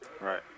Right